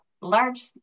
large